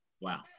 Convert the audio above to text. Wow